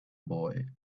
boy